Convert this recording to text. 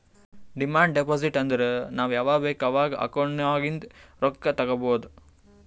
demand deposit ಅಂದುರ್ ನಾವ್ ಯಾವಾಗ್ ಬೇಕ್ ಅವಾಗ್ ಅಕೌಂಟ್ ನಾಗಿಂದ್ ರೊಕ್ಕಾ ತಗೊಬೋದ್